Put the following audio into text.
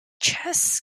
chess